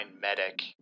medic